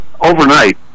Overnight